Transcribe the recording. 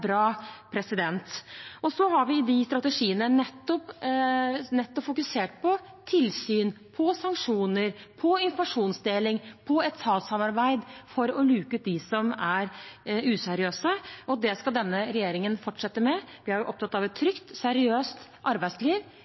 bra. I de strategiene har vi nettopp fokusert på tilsyn, på sanksjoner, på informasjonsdeling og på etatssamarbeid for å luke ut dem som er useriøse. Og det skal denne regjeringen fortsette med. Vi er opptatt av et trygt, seriøst arbeidsliv